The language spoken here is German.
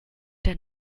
der